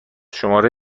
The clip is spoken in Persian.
شماره